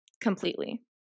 Completely